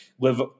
live